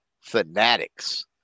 fanatics